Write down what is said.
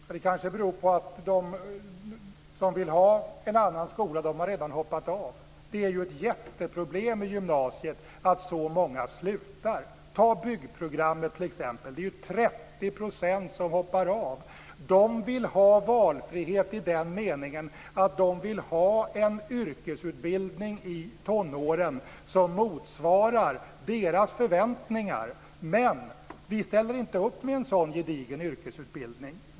Ja, det beror kanske på att de som vill ha en annan skola redan har hoppat av. Det är ju ett jätteproblem i gymnasiet att så många slutar. På t.ex. byggprogrammet är det 30 % som hoppar av. De vill ha valfrihet i den meningen att de vill ha en yrkesutbildning i tonåren som motsvarar deras förväntningar men vi ställer inte upp med en sådan gedigen yrkesutbildning.